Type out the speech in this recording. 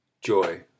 Joy